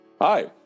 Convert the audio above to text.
Hi